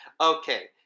Okay